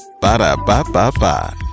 Ba-da-ba-ba-ba